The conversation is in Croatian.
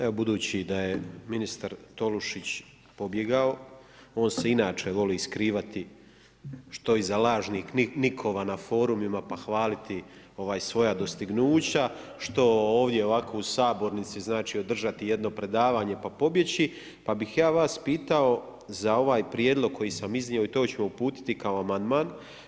Evo budući da je ministar Tolušić pobjegao, on se inače voli skrivati što iza lažnih nikova na forumima pa hvaliti svoja dostignuća što ovdje ovako u sabornici, znači održati jedno predavanje pa pobjeći, pa bih ja vas pitao za ovaj prijedlog koji sam iznio i to ćemo uputiti kao amandman.